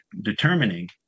determining